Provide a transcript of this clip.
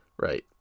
Right